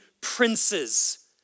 princes